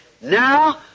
Now